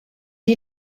die